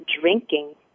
drinking